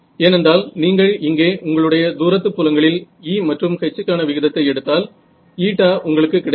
ஏனென்றால் நீங்கள் இங்கே உங்களுடைய தூரத்து புலங்களில் E மற்றும் H கான விகிதத்தை எடுத்தால் η உங்களுக்கு கிடைக்கும்